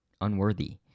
unworthy